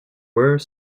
were